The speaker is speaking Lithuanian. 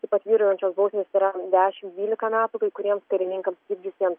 taip pat vyraujančios bausmės yra dešim dvylika metų kai kuriems karininkams ir visiems